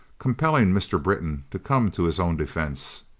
compelling mr. britton to come to his own defence.